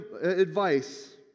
advice